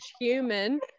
human